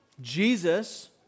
Jesus